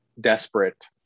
desperate